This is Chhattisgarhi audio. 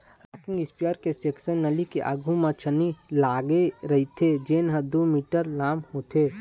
रॉकिंग इस्पेयर के सेक्सन नली के आघू म छन्नी लागे रहिथे जेन ह दू मीटर लाम होथे